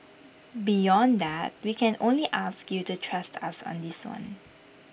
beyond that we can only ask you to trust us on this one